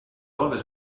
always